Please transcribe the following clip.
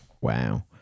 wow